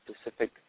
specific